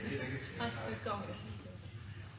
domstolene i stand